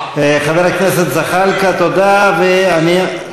חבר הכנסת זחאלקה, תודה, ואני,